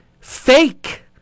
fake